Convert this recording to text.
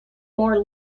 more